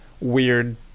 weird